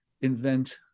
invent